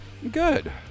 good